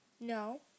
No